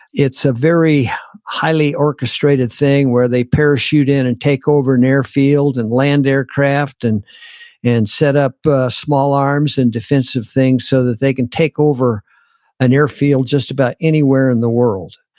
it's a very highly orchestrated thing where they parachute in and take over an airfield and land aircraft and and set up a small arms and defensive things so that they can take over an airfield just about anywhere in the world.